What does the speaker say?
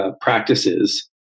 practices